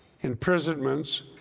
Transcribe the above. imprisonments